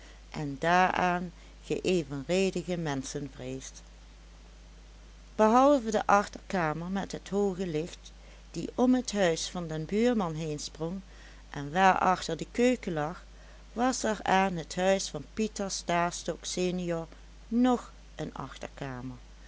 en daaraan geëvenredigde menschenvrees behalve de achterkamer met het hooge licht die om het huis van den buurman heensprong en waarachter de keuken lag was er aan het huis van petrus stastok senior ng een achterkamer